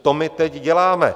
To my teď děláme.